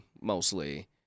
mostly